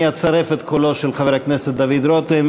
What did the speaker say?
אני אצרף את קולו של חבר הכנסת דוד רותם,